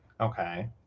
okay